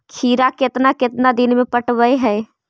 खिरा केतना केतना दिन में पटैबए है?